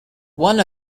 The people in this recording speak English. one